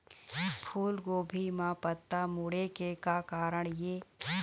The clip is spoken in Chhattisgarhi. फूलगोभी म पत्ता मुड़े के का कारण ये?